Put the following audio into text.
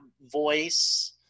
voice